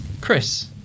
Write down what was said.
Chris